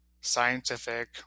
scientific